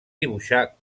dibuixar